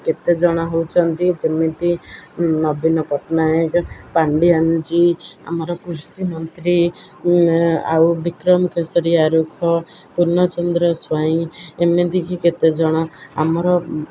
କେତେ ଜଣ ହେଉଛନ୍ତି ଯେମିତି ନବୀନ ପଟ୍ଟନାୟକ ପାଣ୍ଡିଆନଜୀ ଆମର କୃଷିମନ୍ତ୍ରୀ ଆଉ ବିକ୍ରମ କେଶରୀ ଆରଖ ପୂର୍ଣ୍ଣଚନ୍ଦ୍ର ସ୍ୱାଇଁ ଏମିତିକି କେତେ ଜଣ ଆମର